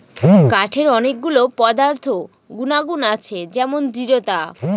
কাঠের অনেক গুলো পদার্থ গুনাগুন আছে যেমন দৃঢ়তা